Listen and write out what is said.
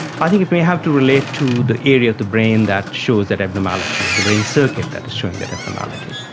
i think it may have to relate to the area of the brain that shows that abnormality or the brain circuit that is showing that abnormality.